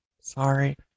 sorry